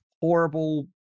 horrible